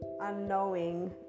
unknowing